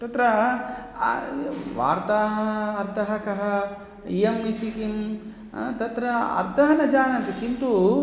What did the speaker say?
तत्र वार्ताः अर्थः कः इयमिति किं तत्र अर्थः न जानाति किन्तु